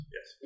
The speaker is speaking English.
Yes